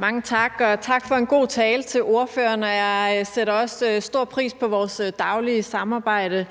Mange tak. Tak for en god tale til ordføreren, og jeg sætter også stor pris på vores daglige samarbejde.